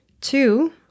Two-